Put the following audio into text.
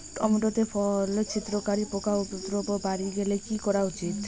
Tomato তে ফল ছিদ্রকারী পোকা উপদ্রব বাড়ি গেলে কি করা উচিৎ?